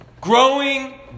growing